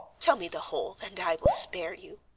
tell me the whole and i will spare you.